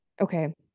Okay